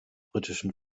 britischen